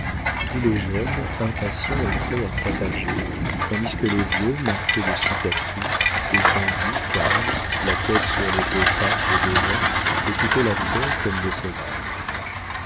tous les jeunes impatients et prêts à tapager tandis que les vieux marqués de cicatrices étendus calmes la tête sur les deux pattes de devant écoutaient la terre comme des sauvages